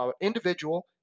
individual